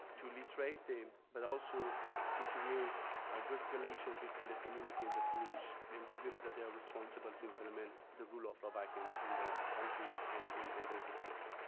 to literate them but also to create a good relation between the community and the police and the unit that they are responsible to implement the rule of law back in in the country and in in the districts.